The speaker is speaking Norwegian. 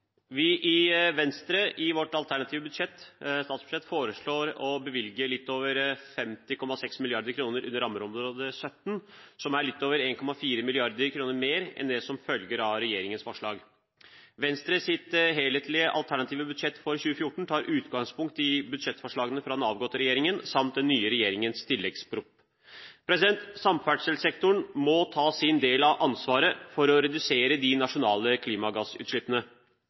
Vi i Venstre foreslår i vårt alternative statsbudsjett å bevilge litt over 50,6 mrd. kr under rammeområde 17, litt over 1,4 mrd. kr mer enn det som følger av regjeringens forslag. Venstres helhetlige alternative statsbudsjett for 2014 tar utgangspunkt i budsjettforslagene fra den avgåtte regjeringen samt den nye regjeringens tilleggsproposisjon. Samferdselssektoren må ta sin del av ansvaret for å redusere de nasjonale klimagassutslippene.